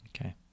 okay